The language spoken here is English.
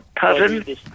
Pardon